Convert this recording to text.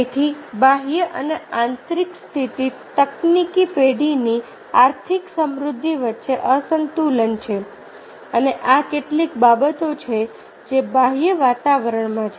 તેથી બાહ્ય અને આંતરિક સ્થિતિ તકનીકી પેઢીની આર્થિક સમૃદ્ધિ વચ્ચે અસંતુલન છે અને આ કેટલીક બાબતો છે જે બાહ્ય વાતાવરણ છે